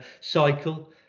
cycle